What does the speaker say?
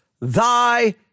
thy